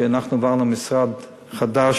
כי אנחנו עברנו למשרד חדש,